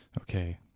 Okay